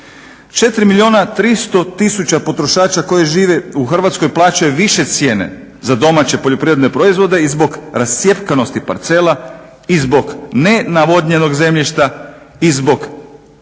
4 milijuna 300 tisuća potrošača koji žive u Hrvatskoj plaćaju više cijene za domaće poljoprivredne proizvode i zbog rascjepkanosti parcela i zbog ne navodnjenog zemljišta i zbog